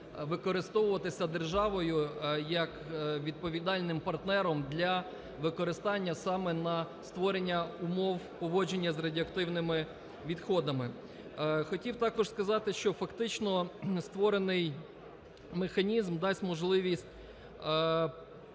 використовуватися державою як відповідальним партнером для використання саме на створення умов поводження з радіоактивними відходами. Хотів також сказати, що фактично створений механізм дасть можливість